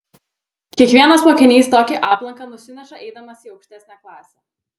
kiekvienas mokinys tokį aplanką nusineša eidamas į aukštesnę klasę